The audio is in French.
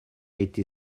été